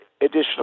additional